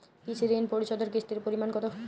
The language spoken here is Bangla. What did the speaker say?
কৃষি ঋণ পরিশোধের কিস্তির পরিমাণ কতো?